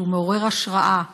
שהוא מעורר השראה,